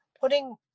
putting